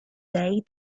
day